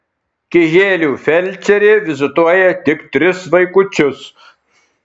kijėlių felčerė vizituoja tik tris vaikučius